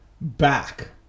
back